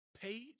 page